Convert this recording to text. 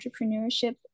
entrepreneurship